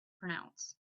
pronounce